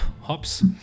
hops